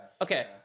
Okay